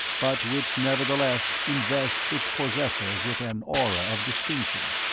but which, nevertheless, invests its possessor with an aura of distinction.